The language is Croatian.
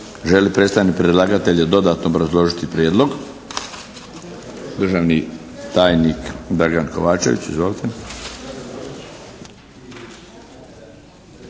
li predstavnik predlagatelja dodatno obrazložiti prijedlog? Državni tajnik, Dragan Kovačević. Izvolite.